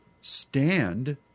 stand